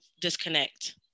disconnect